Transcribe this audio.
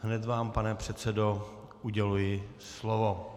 Hned vám, pane předsedo, uděluji slovo.